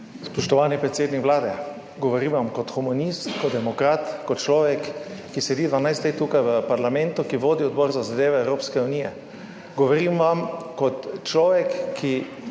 Spoštovani predsednik Vlade, govorim vam kot humanist, kot demokrat, kot človek, ki sedi 12 let tukaj v parlamentu, ki vodi Odbor za zadeve Evropske unije. Govorim vam kot človek, ki